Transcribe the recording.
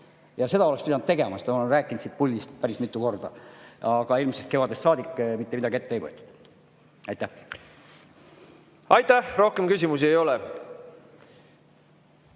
Seda oleks pidanud tegema, seda ma olen rääkinud siit puldist päris mitu korda. Aga eelmisest kevadest saadik mitte midagi ette ei ole võetud. Aitäh! Rohkem küsimusi ei ole,